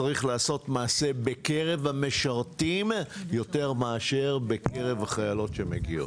צריכים לעשות יותר מעשה בקרב המשרתים מאשר בקרב החיילות שמגיעות.